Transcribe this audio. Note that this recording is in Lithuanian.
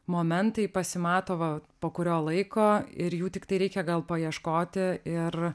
momentai pasimato va po kurio laiko ir jų tiktai reikia gal paieškoti ir